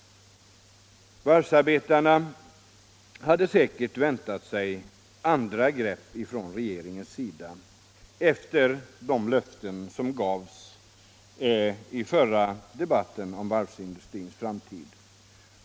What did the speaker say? Varvsarbetarna hade säkert väntat sig andra grepp från regeringens sida, efter de löften som gavs i förra debatten om varvsindustrins framtid.